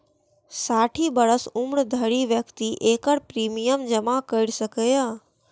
साठि वर्षक उम्र धरि व्यक्ति एकर प्रीमियम जमा कैर सकैए